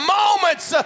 moments